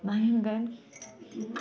नहीं गए